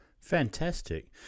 Fantastic